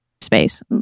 space